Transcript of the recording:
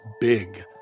big